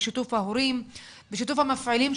בשיתוף ההורים בשיתוף המפעילים,